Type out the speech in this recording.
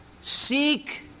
seek